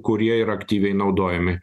kurie yra aktyviai naudojami